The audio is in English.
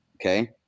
Okay